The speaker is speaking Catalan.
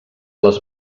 les